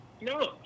No